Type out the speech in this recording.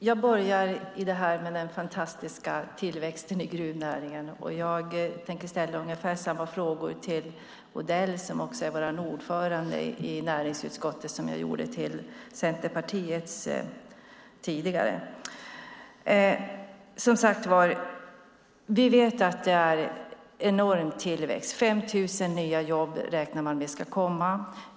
Herr talman! Jag börjar med den fantastiska tillväxten i gruvnäringen. Jag tänker ställa ungefär samma frågor till Odell, som också är vår ordförande i näringsutskottet, som jag gjorde till Centerpartiet tidigare. Vi vet som sagt att det är en enorm tillväxt. Man räknar med att 5 000 nya jobb ska komma.